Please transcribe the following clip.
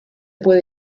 puede